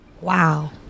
wow